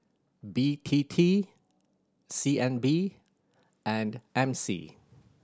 B T T C N B and M C